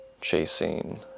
chasing